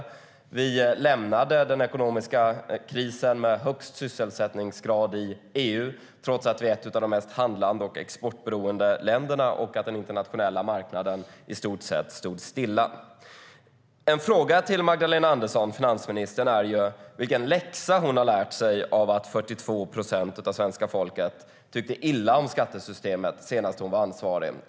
Och vi lämnade den ekonomiska krisen med högst sysselsättningsgrad i EU, trots att vi är ett av de mest handlande och exportberoende länderna och trots att den internationella marknaden i stort sett stod stilla. Jag har några frågor till finansminister Magdalena Andersson. Vilken läxa har hon lärt sig av att 42 procent av svenska folket tyckte illa om skattesystemet senast hon var ansvarig?